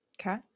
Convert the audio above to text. okay